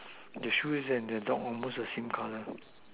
the shoes and the dog is almost the same color